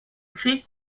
krieg